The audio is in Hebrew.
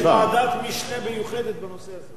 יש ועדת משנה מיוחדת בנושא הזה.